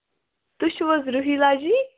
تُہۍ چھِو حظ رُہِلا جی